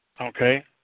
okay